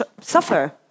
suffer